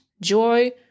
joy